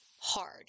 hard